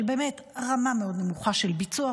של רמה באמת נמוכה מאוד של ביצוע.